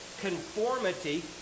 conformity